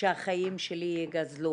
שהחיים שלי ייגזלו.